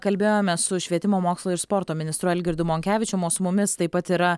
kalbėjomės su švietimo mokslo ir sporto ministru algirdu monkevičium o su mumis taip pat yra